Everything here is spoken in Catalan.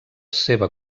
seva